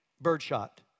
birdshot